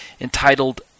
entitled